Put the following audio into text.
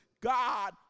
God